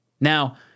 Now